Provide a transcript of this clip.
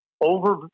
over